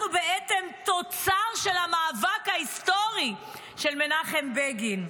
אנחנו בעצם תוצר של המאבק ההיסטורי של מנחם בגין.